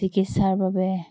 চিকিৎচাৰ বাবে